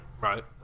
right